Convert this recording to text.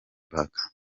back